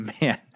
man